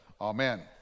Amen